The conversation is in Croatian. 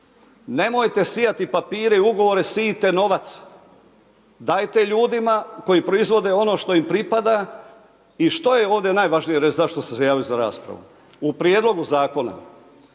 Nemojte sijati papire i ugovore, sijte novac. Dajte ljudima koji proizvode ono što im pripada. I što je ovdje najvažnije reći zašto smo se javili za raspravu? U prijedlogu zakona